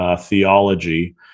theology